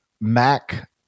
Mac